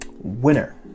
winner